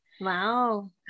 Wow